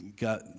got